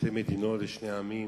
שתי מדינות לשני עמים.